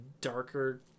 darker